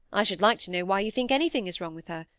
i should like to know why you think anything is wrong with her.